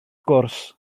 gwrs